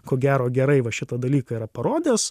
ko gero gerai va šitą dalyką yra parodęs